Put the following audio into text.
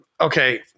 Okay